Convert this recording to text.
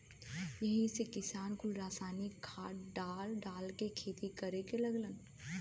यही से किसान कुल रासायनिक खाद डाल डाल के खेती करे लगलन